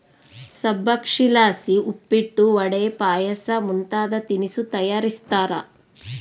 ಸಬ್ಬಕ್ಶಿಲಾಸಿ ಉಪ್ಪಿಟ್ಟು, ವಡೆ, ಪಾಯಸ ಮುಂತಾದ ತಿನಿಸು ತಯಾರಿಸ್ತಾರ